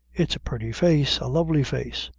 it's a purty face a lovely face.